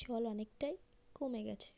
চল অনেকটাই কমে গেছে